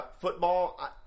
Football